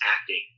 acting